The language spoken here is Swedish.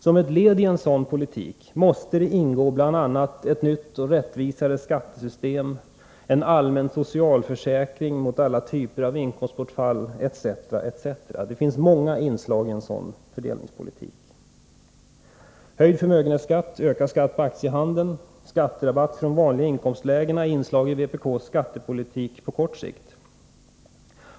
Som ett led i en sådan politik måste bl.a. ingå ett nytt och rättvisare skattesystem och en allmän socialförsäkring mot alla typer av inkomstbortfall, etc. Det finns många inslag i en sådan fördelningspolitik. Höjd förmögenhetsskatt, ökad skatt på aktiehandeln och skatterabatt i de vanliga inkomstlägena är inslag i vpk:s skattepolitik på kort sikt.